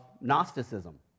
Gnosticism